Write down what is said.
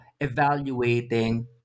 evaluating